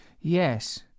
Yes